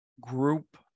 group